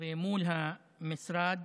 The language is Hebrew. ומול המשרד